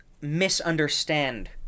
misunderstand